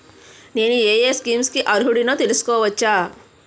నేను యే యే స్కీమ్స్ కి అర్హుడినో తెలుసుకోవచ్చా?